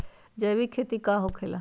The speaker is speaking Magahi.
जैविक खेती का होखे ला?